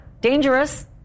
dangerous